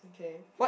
okay